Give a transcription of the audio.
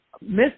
miss